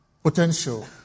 Potential